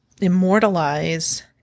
immortalize